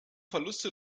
verluste